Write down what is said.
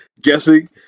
guessing